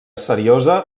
seriosa